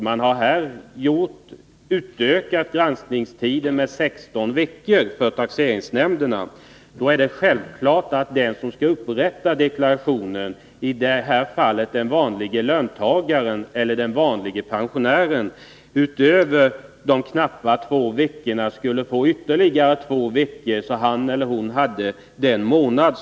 Man har ju förlängt granskningstiden för taxeringsnämnderna med 16 veckor. Då är det självklart, tycker jag, att den som skall upprätta deklarationen, den vanlige löntagaren eller den vanlige pensionären, utöver nuvarande två veckor skall få ytterligare två veckor på sig, dvs. totalt en månad.